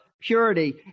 purity